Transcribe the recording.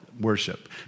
worship